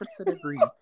agree